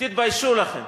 תתביישו לכם.